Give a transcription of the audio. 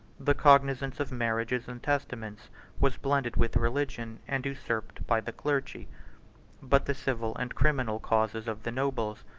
the cognizance of marriages and testaments was blended with religion, and usurped by the clergy but the civil and criminal causes of the nobles,